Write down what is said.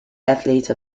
athlete